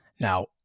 Now